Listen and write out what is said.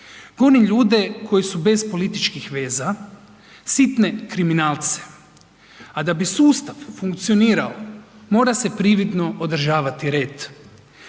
Goni ljude koji su bez političkih veza, sitne kriminalce, a da bi sustav funkcionirao mora se prividno održavati red,